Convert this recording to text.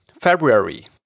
February